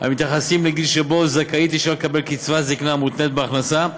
המתייחסים לגיל שבו זכאית אישה לקבל קצבת זקנה המותנית בהכנסה,